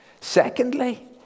Secondly